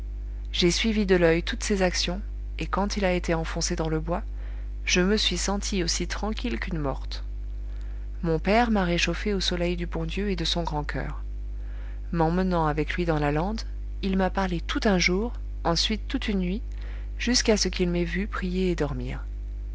j'ai suivi de l'oeil toutes ses actions et quand il a été enfoncé dans le bois je me suis sentie aussi tranquille qu'une morte mon père m'a réchauffée au soleil du bon dieu et de son grand coeur m'emmenant avec lui dans la lande il m'a parlé tout un jour ensuite toute une nuit jusqu'à ce qu'il m'ait vue prier et dormir